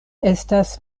estas